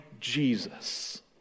Jesus